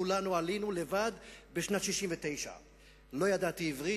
כולנו עלינו לבד בשנת 1969. לא ידעתי עברית,